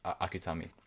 Akutami